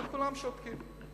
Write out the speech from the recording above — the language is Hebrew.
כולם שותקים.